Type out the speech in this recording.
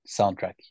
soundtrack